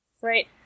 right